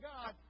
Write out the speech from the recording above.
God